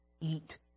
eat